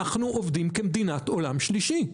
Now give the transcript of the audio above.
אנחנו עובדים כמדינת עולם שלישי.